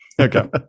Okay